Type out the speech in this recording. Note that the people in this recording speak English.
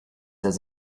does